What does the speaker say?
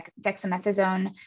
dexamethasone